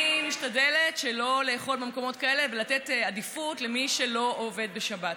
אני משתדלת שלא לאכול במקומות כאלה ולתת עדיפות למי שלא עובד בשבת.